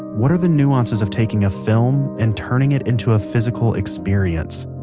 what are the nuances of taking a film and turning it into a physical experience?